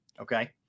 Okay